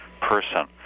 person